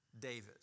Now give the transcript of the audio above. David